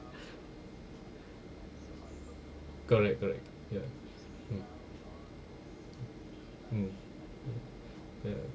correct correct ya mm mm mm ya